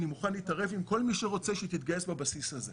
אני מוכן להתערב עם כל מי שרוצה שהיא תתגייס בבסיס הזה.